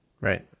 right